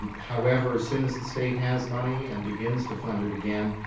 however, as soon as the state has money and begins to fund it again,